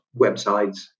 websites